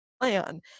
plan